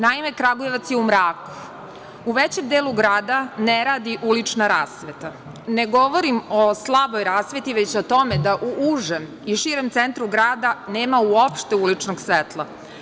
Naime, Kragujevac je u mraku, u većem delu grada ne radi ulična rasveta, ne govorim o slaboj rasveti, već o tome da u užem i širem centru grada nema uopšte uličnog svetla.